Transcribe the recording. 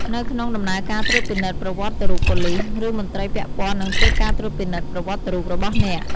នៅក្នុងដំណើរការត្រួតពិនិត្យប្រវត្តិរូបប៉ូលីស ឬមន្ត្រីពាក់ព័ន្ធនឹងធ្វើការត្រួតពិនិត្យប្រវត្តិរូបរបស់អ្នក។